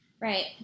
right